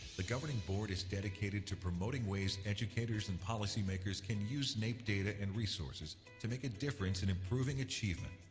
the governing board is dedicated to promoting ways educators and policymakers can use naep data and resources to make a difference in improving achievement,